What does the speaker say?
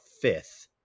fifth